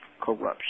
Corruption